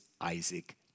Isaac